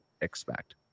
expect